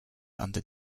under